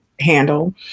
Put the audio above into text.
handle